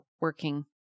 working